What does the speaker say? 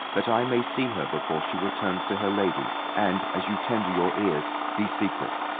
that i may see her before she returns to her lady. and, as you tender your ears, be secret.